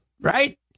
right